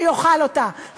שיאכל אותה.